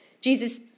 Jesus